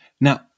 Now